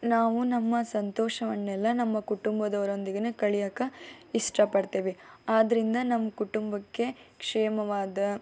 ನಾವು ನಮ್ಮ ಸಂತೋಷವನ್ನೆಲ್ಲ ನಮ್ಮ ಕುಟುಂಬದವರೊಂದಿಗೆ ಕಳೆಯೋಕೆ ಇಷ್ಟಪಡ್ತೇವೆ ಆದ್ದರಿಂದ ನಮ್ಮ ಕುಟುಂಬಕ್ಕೆ ಕ್ಷೇಮವಾದ